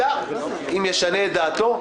אלא אם ישנה את דעתו,